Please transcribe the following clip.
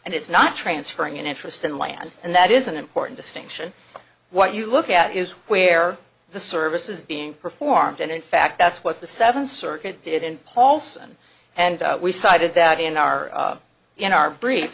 and it's not transferring an interest in land and that is an important distinction what you look at is where the service is being performed and in fact that's what the seventh circuit did in paulson and we cited that in our in our brief